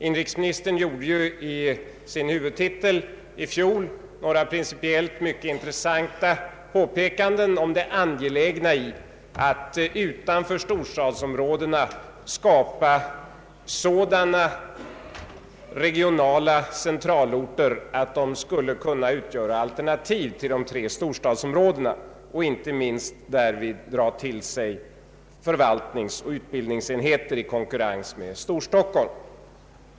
Inrikesministern gjorde ju i sin huvudtitel i fjol några principiellt mycket intressanta påpekanden om det angelägna i att utanför storstadsområdena skapa sådana regionala centralorter att de skulle kunna utgöra alternativ till de tre storstadsområdena och inte minst därvid dra till sig förvaltningsoch utbildningsenheter i konkurrens med Storstockholm.